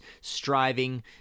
striving